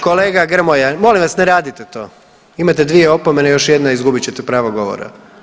Kolega Grmoja molim vas ne radite to, imate dvije opomene, još jedna i izgubit ćete pravo govora.